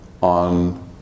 on